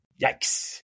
Yikes